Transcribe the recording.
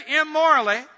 immorally